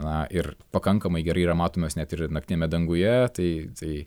na ir pakankamai gerai yra matomos net ir naktiniame danguje tai tai